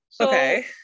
Okay